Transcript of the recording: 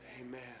amen